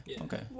okay